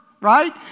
right